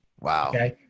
Wow